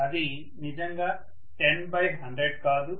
అది నిజంగా 10100 కాదు